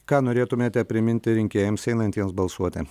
ką norėtumėte priminti rinkėjams einantiems balsuoti